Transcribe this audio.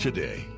Today